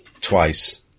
twice